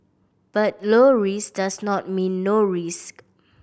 but low risk does not mean no risk